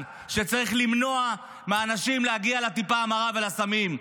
שצריך למנוע מאנשים להגיע לטיפה המרה ולסמים.